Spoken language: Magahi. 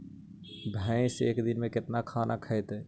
भैंस एक दिन में केतना खाना खैतई?